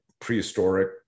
prehistoric